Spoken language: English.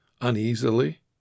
uneasily